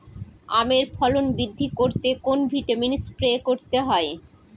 আমের ফলন বৃদ্ধি করতে কোন ভিটামিন স্প্রে করতে হয়?